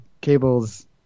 Cable's